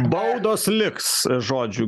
baudos liks žodžiu